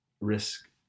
risk